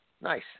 Nice